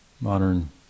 modern